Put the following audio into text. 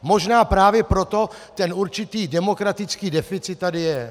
Možná právě proto ten určitý demokratický deficit tady je.